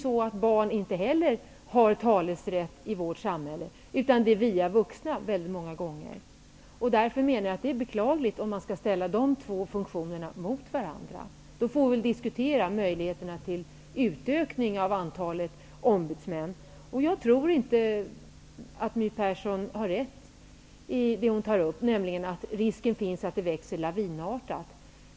Barn har inte heller talerätt i vårt samhälle, annat än via vuxna. Därför är det beklagligt om man ställer de två funktionerna mot varandra. Vi får i så fall diskutera möjligheterna att utöka antalet ombudsmän. Jag tror inte att My Persson har rätt i det hon säger, nämligen att risken finns att behovet av ombudsmän växer lavinartat.